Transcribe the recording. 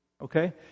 Okay